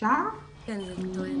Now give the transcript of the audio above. קצת מה נעשה במשרד